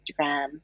Instagram